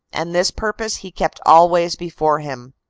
and this purpose he kept always before him.